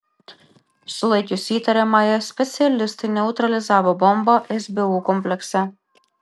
sulaikius įtariamąją specialistai neutralizavo bombą sbu komplekse